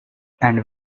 and